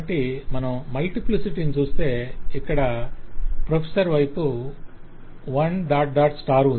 కాబట్టి మనం మల్టిప్లిసిటీస్ ను చూస్తే ఇక్కడ ప్రొఫెసర్ వైపు 1